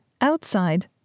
Outside